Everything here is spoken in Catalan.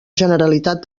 generalitat